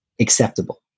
acceptable